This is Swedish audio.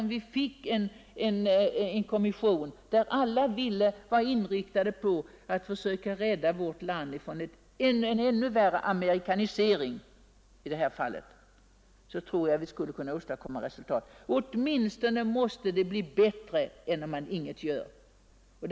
Om vi emellertid finge en kommission, där alla vore inriktade på att försöka rädda vårt land från en ännu värre amerikanisering, tror jag att vi skulle kunna åstadkomma resultat. Åtminstone måste det bli bättre än om man ingenting gör.